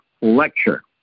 lecture